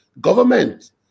government